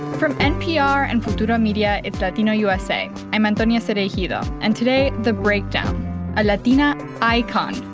from npr and futuro media, it's latino usa. i'm antonia cereijido, and today, the breakdown a latina icon,